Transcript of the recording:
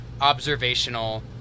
observational